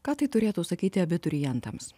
ką tai turėtų sakyti abiturientams